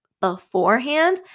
beforehand